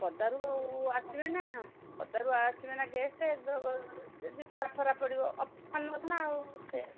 ପଦାରୁ ଆସିବେ ନା ପଦାରୁ ଆସିବେ ନା ଗେଷ୍ଟ ଯଦି ଖରାପ ଫରାପ ପଡ଼ିବ ଅପମାନ କଥା ନା ଆଉ ସେ